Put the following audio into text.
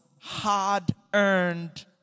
hard-earned